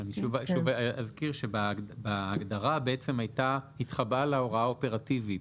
אני שוב אזכיר שבהגדרה התחבאה הוראה אופרטיבית